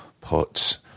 put